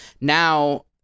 now